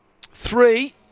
three